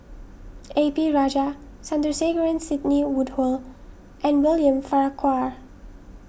A P Rajah Sandrasegaran Sidney Woodhull and William Farquhar